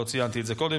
לא ציינתי את זה קודם,